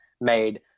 made